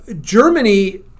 Germany